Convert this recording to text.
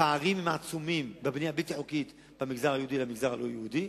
הפערים הם עצומים בבנייה הבלתי-חוקית בין המגזר היהודי למגזר הלא-יהודי.